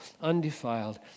undefiled